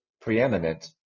preeminent